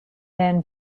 then